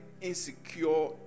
insecure